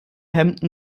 hemden